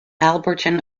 alberton